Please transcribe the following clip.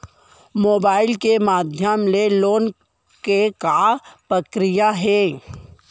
Mobile के माधयम ले लोन के का प्रक्रिया हे?